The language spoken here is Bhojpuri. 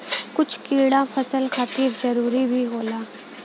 कुछ कीड़ा फसल खातिर जरूरी भी होला